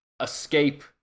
escape